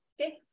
Okay